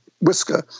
whisker